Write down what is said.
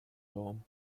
home